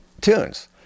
tunes